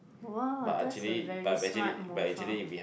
!wow! that's a very smart move ah